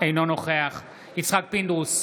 אינו נוכח יצחק פינדרוס,